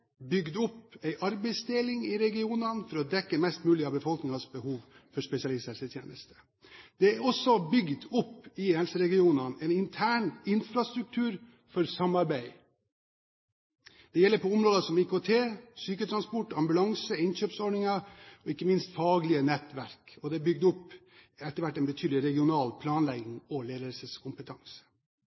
bygd opp en arbeidsdeling i regionene for å dekke mest mulig av befolkningens behov for spesialisthelsetjenesten. Det er også bygd opp i helseregionen en intern infrastruktur for samarbeid. Det gjelder på områder som IKT, syketransport, ambulanse, innkjøpsordninger og ikke minst faglige nettverk. Og det er etter hvert bygd opp en betydelig regional planlegging og